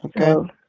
Okay